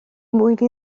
mwyn